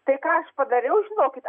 tai ką aš padariau žinokit